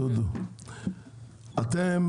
דודו, אתם